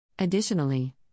Additionally